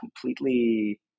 completely